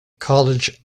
college